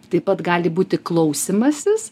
taip pat gali būti klausymasis